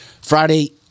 Friday